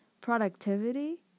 productivity